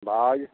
बाघ